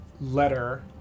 Letter